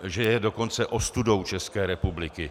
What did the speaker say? Že je dokonce ostudou České republiky.